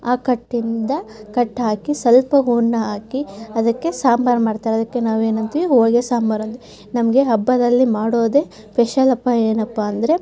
ಆ ಕಟ್ಟಿಂದ ಕಟ್ಟು ಹಾಕಿ ಸ್ವಲ್ಪ ಹೂರಣ ಹಾಕಿ ಅದಕ್ಕೆ ಸಾಂಬಾರು ಮಾಡ್ತಾರೆ ಅದಕ್ಕೆ ನಾವು ಏನು ಅಂತೀವಿ ಹೋಳಿಗೆ ಸಾಂಬಾರು ಅಂತೀವಿ ನಮಗೆ ಹಬ್ಬದಲ್ಲಿ ಮಾಡೋದೇ ಪೆಷಲ್ ಹಬ್ಬ ಏನಪ್ಪ ಅಂದರೆ